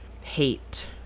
hate